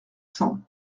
cents